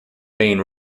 main